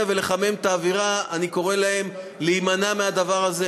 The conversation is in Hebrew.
ולחמם את האווירה אני קורא להימנע מהדבר הזה.